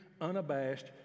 unabashed